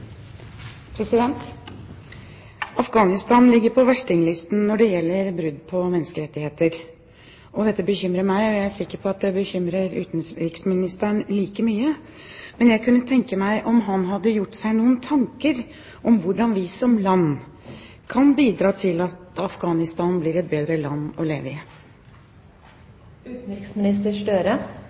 Afghanistan ligger på verstinglisten når det gjelder brudd på menneskerettigheter. Dette bekymrer meg, og jeg er sikker på at det bekymrer utenriksministeren like mye. Jeg kunne tenke meg å spørre om han har gjort seg noen tanker om hvordan vi som land kan bidra til at Afghanistan blir et bedre land å leve i?